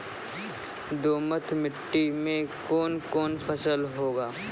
दोमट मिट्टी मे कौन कौन फसल होगा?